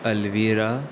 Alvira